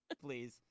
please